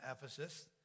Ephesus